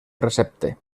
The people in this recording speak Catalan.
precepte